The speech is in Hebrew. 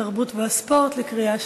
התרבות והספורט נתקבלה.